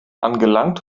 angelangt